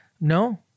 no